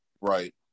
Right